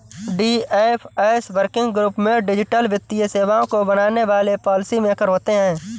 DFS working group में digital वित्तीय सेवाओं को बनाने वाले पॉलिसी मेकर होते हैं